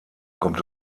kommt